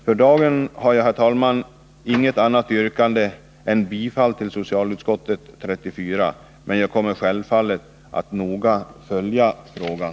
För dagen har jag, herr talman, inget annat yrkande än bifall till hemställan i socialutskottets betänkande 34, men jag kommer självfallet att noga följa frågan.